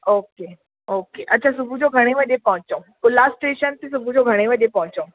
okay okay अच्छा सुबुह जो घणे बजे पहुचूं उल्हास स्टेशन ते सुबुह जो घणे बजे पहुचूं